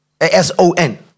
S-O-N